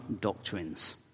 doctrines